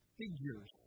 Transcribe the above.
figures